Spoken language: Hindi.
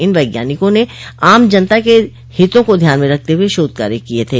इन वैज्ञानिकों ने आम जनता के हितों को ध्यान में रखते हुए शोध कार्य किए थे